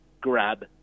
Grab